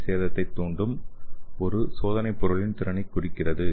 ஏ சேதத்தைத் தூண்டும் ஒரு சோதனை பொருளின் திறனைக் குறிக்கிறது